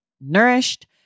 nourished